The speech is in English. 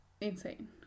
insane